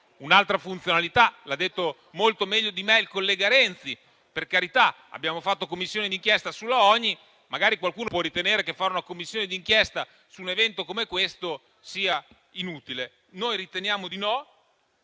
un'altra funzionalità, come ha detto molto meglio di me il collega Renzi. Per carità, abbiamo fatto Commissioni d'inchiesta su qualsiasi cosa; magari qualcuno può ritenere che fare una Commissione d'inchiesta su un evento come questo sia inutile. Noi riteniamo di no